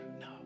No